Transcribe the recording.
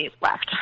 left